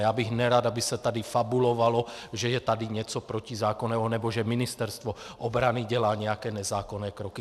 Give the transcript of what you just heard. Já bych nerad, aby se tady fabulovalo, že je tady něco protizákonného nebo že Ministerstvo obrany dělá nějaké nezákonné kroky.